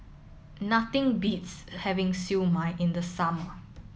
nothing beats having Siew Mai in the summer